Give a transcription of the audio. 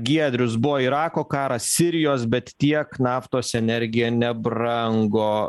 giedrius buvo irako karas sirijos bet tiek naftos energija nebrango